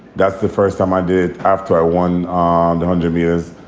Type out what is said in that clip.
that's the first time i did. after i won um the hundred meters,